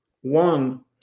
one